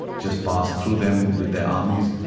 just pass through them with their armies,